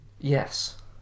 Yes